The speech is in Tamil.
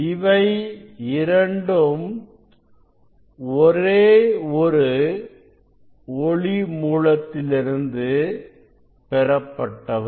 இவை இரண்டும் ஒரே ஒரு ஒளி மூலத்திலிருந்து பெறப்பட்டவை